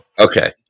okay